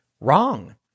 wrong